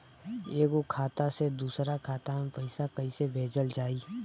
एगो खाता से दूसरा खाता मे पैसा कइसे भेजल जाई?